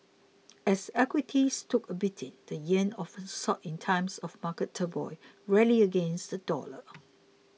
as equities took a beating the yen often sought in times of market turmoil rallied against the dollar